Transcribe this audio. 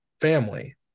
family